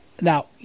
Now